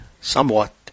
somewhat